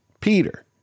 Peter